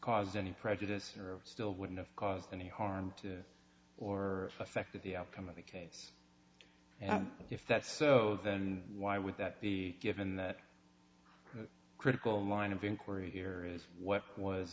caused any prejudice or still wouldn't have caused any harm to or affected the outcome of the case if that's so then why would that be given that critical mind of inquiry here is what was